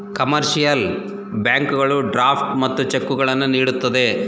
commercial ಬ್ಯಾಂಕುಗಳು draft ಮತ್ತು ಚೆಕ್ಕುಗಳನ್ನು ನೀಡುತ್ತದೆ